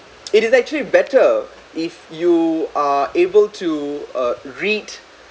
it is actually better if you are able to uh read